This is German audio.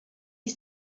die